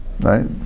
Right